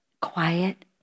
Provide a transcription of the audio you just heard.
quiet